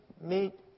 meet